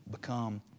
become